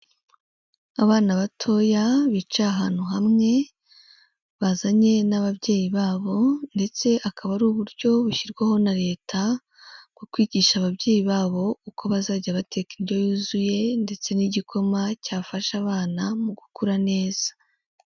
Abana batoya bicaye ahantu hamwe, bazanye n'ababyeyi babo ndetse akaba ari uburyo bushyirwaho na Leta bwo kwigisha ababyeyi babo uko bazajya bateka indyo yuzuye ndetse n'igikoma cyafasha abana mu gukura neza.